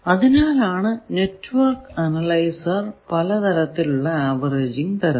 അതിനാലാണ് network analyser പലതരത്തിലുള്ള averaging തരുന്നത്